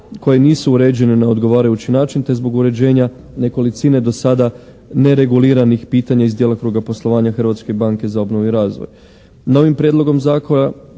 Hrvatska banka za obnovu i razvoj